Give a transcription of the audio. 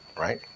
right